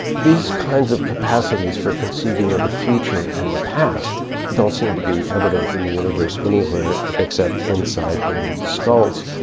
these kinds of capacities for conceiving of the future and the past don't seem to be evident in the universe anywhere except inside human skulls.